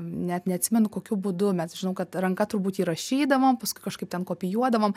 net neatsimenu kokiu būdu mes žinau kad ranka turbūt jį rašydavom paskui kažkaip ten kopijuodavom